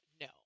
No